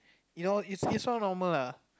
you know is is all normal lah